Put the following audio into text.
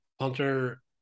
Hunter